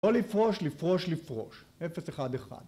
לא לפרוש, לפרוש, לפרוש. 011